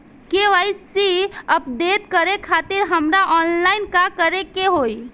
KYC update करे खातिर हमरा ऑनलाइन का करे के होई?